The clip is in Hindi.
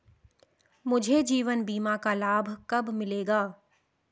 मुझे जीवन बीमा का लाभ कब मिलेगा?